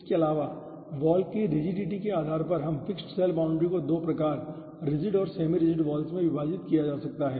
इसके अलावा वॉल की रिजिडीटी के आधार पर इस फिक्स्ड सेल बाउंड्री को 2 प्रकार रिजिड और सेमि रिजिड वाल्स में विभाजित किया जा सकता है